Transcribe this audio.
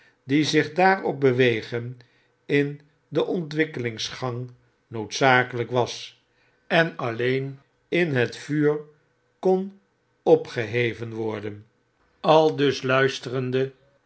die zich daarop bewegen in den ontwikkelingsgang noodzakelyk was en alleen in het vuur kon opgeheven worden aldus luisterende